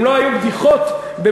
אם לא היו בדיחות במהלך